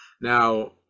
Now